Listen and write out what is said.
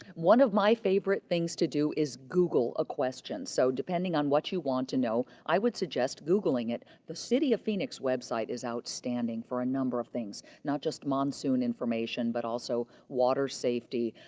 one of my favorite things to do is google a question. so depending on what you want to know, i would suggest googling it. the city of phoenix website is outstanding for a number of things. not just monsoon information, but also water safety,